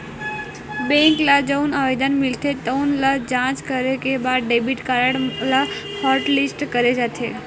bank ल जउन आवेदन मिलथे तउन ल जॉच करे के बाद डेबिट कारड ल हॉटलिस्ट करे जाथे